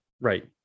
right